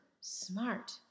smart